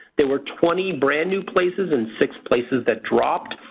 there were twenty brand-new places and six places that dropped.